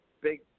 big